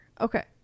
Okay